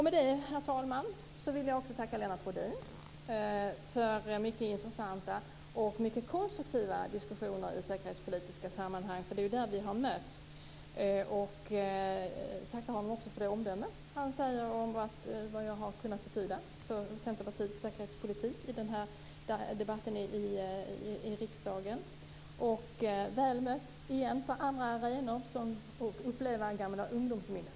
Med det, herr talman, vill jag tacka Lennart Rohdin för mycket intressanta och konstruktiva diskussioner i säkerhetspolitiska sammanhang. Det är där vi har mötts. Jag tackar honom också för det omdöme över vad jag har kunnat betyda för Centerpartiets säkerhetspolitik i debatten i riksdagen. Väl mött igen på andra arenor för att uppleva gamla ungdomsminnen.